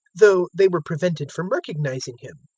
though they were prevented from recognizing him.